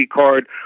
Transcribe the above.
card